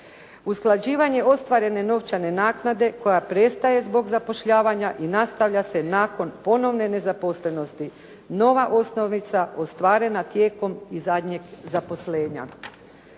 Usklađivanje ostvarene novčane naknade koja prestje zbog zapošljavanja i nastavlja se nakon ponovne nezaposlenosti nova osnovica ostvarena tijekom i zadnjeg zaposlenja.